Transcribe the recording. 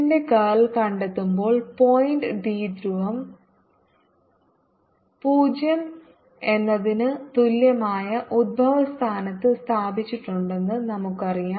M0 ഇപ്പോൾ H ന്റെ curl കണ്ടെത്തുമ്പോൾ പോയിന്റ് ദ്വിധ്രുവം 0 എന്നതിന് തുല്യമായ ഉത്ഭവസ്ഥാനത്ത് സ്ഥാപിച്ചിട്ടുണ്ടെന്ന് നമുക്കറിയാം